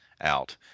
out